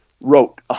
wrote